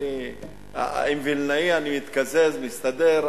עם וילנאי אני מתקזז, מסתדר.